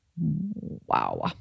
Wow